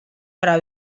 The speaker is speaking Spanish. para